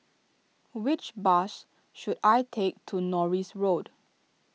which bus should I take to Norris Road